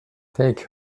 take